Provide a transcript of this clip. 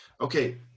Okay